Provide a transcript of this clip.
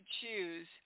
choose